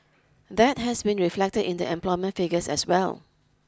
that has been reflected in the employment figures as well